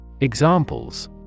Examples